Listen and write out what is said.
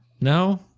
No